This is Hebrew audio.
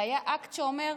זה היה אקט שאומר: